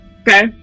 Okay